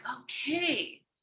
okay